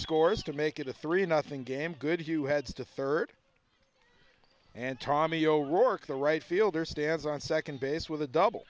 scores to make it a three nothing game good you had to third and tommy o'rourke the right fielder stands on second base with a double